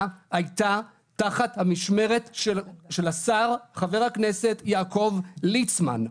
הייתה תחת המשמרת של השר חבר הכנסת יעקב ליצמן.